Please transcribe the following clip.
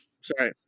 Sorry